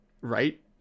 right